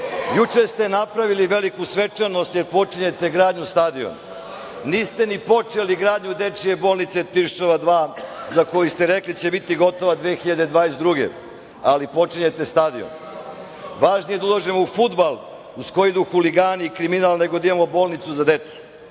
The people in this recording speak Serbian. se. Juče ste napravili veliku svečanost jer počinjete gradnju stadiona. Niste ni počeli gradnju dečije bolnice Tiršova dva za koju ste rekli da će biti gotova 2022. godine, ali počinjete stadion. Važnije je da ulažemo u fudbal uz koji idu huligani i kriminal, nego da imamo bolnicu za decu. Važni